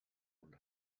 und